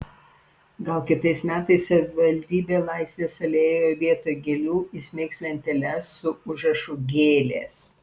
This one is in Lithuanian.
gal kitais metais savivaldybė laisvės alėjoje vietoj gėlių įsmeigs lenteles su užrašu gėlės